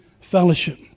fellowship